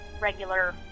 regular